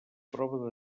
prova